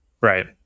Right